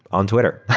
on twitter.